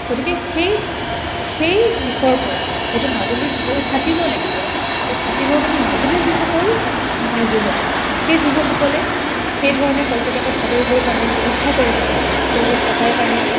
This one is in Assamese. গতিকে সেই সেই দিশৰ পৰা যিটো মাজুলীত গৈ থাকিব লাগিব গতিকে থাকিবৰ কাৰণে মাজুলীৰ দিশসকল স্থানীয় যুৱক সেই যুৱকসকলে সেইধৰণে পৰ্যটকক আদৰিবৰ কাৰণে ব্যৱস্থা কৰিব তেওঁলোকে থকাৰ কাৰণে